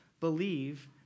believe